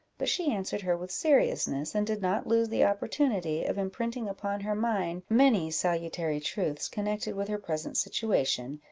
but she answered her with seriousness, and did not lose the opportunity of imprinting upon her mind many salutary truths connected with her present situation,